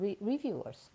reviewers